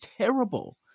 terrible